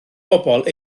bobol